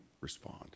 respond